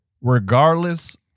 regardless